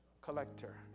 collector